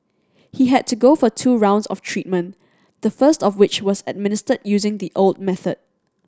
he had to go for two rounds of treatment the first of which was administered using the old method